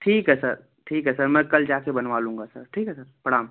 ठीक है सर ठीक है सर मैं कल जा के बनवा लूँगा सर ठीक है सर प्रणाम